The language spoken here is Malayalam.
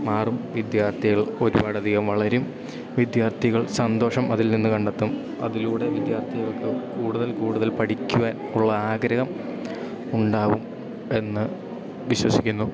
മാറും വിദ്യാർത്ഥികൾ ഒരുപാടധികം വളരും വിദ്യാർത്ഥികൾ സന്തോഷം അതിൽ നിന്ന് കണ്ടെത്തും അതിലൂടെ വിദ്യാർത്ഥികൾക്ക് കൂടുതൽ കൂടുതൽ പഠിക്കുവാൻ ഉള്ള ആഗ്രഹം ഉണ്ടാകും എന്നു വിശ്വസിക്കുന്നു